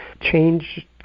change